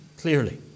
clearly